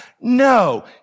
No